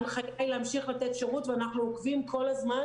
ההנחיה היא להמשיך לתת שירות ואנחנו עוקבים כל הזמן